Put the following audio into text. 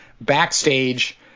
backstage